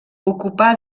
ocupà